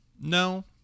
no